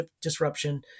disruption